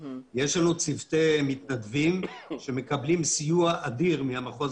יש לנו צוותי מתנדבים שמקבלים סיוע אדיר מהמחוז